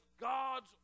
God's